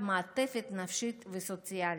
לצד המעטפת הנפשית והסוציאלית.